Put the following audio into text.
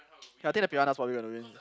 ya I think the piranhas probably gonna win